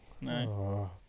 no